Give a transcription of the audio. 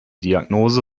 diagnose